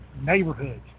neighborhoods